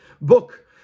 book